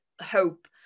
hope